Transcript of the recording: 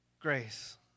grace